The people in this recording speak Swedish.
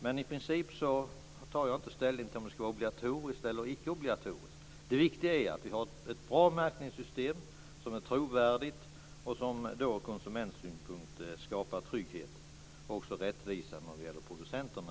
Men i princip tar jag inte ställning till om märkningen ska vara obligatorisk eller icke obligatorisk. Det viktiga är att vi har ett bra och trovärdigt märkningssystem som skapar trygghet för konsumenterna och rättvisa för producenterna.